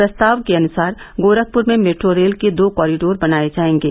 प्रस्ताव के अनुसार गोरखपुर में मेट्रो रेल के दो कॉरिडोर बनाए जाएंगे